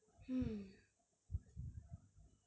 hmm